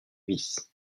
vis